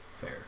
Fair